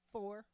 Four